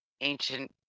ancient